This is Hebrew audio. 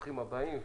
ברוכים הבאים,